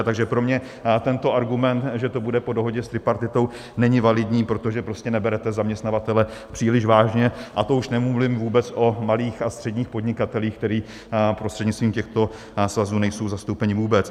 Takže pro mě tento argument, že to bude po dohodě s tripartitou, není validní, protože prostě neberete zaměstnavatele příliš vážně, a to už nemluvím vůbec o malých a středních podnikatelích, kteří prostřednictvím těchto svazů nejsou zastoupeni vůbec.